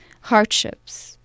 hardships